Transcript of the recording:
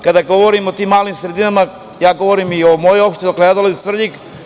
Kada govorim o tim malim sredinama, ja govorim i o mojoj opštini, odakle ja dolazim, Svrljig.